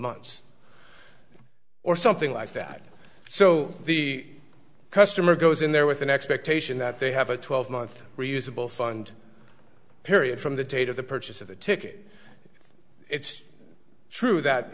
months or something like that so the customer goes in there with an expectation that they have a twelve month reusable fund period from the date of the purchase of a ticket it's true that